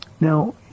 Now